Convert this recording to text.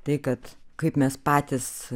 tai kad kaip mes patys